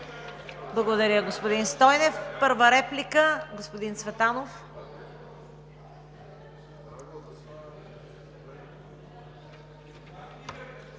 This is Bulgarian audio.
Благодаря, господин Стойнев. Първа реплика – господин Цветанов.